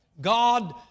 God